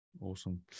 Awesome